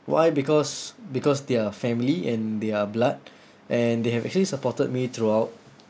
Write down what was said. why because because they're family and they're blood and they have actually supported me throughout